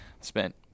spent